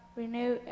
renew